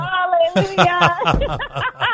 Hallelujah